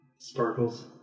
Sparkles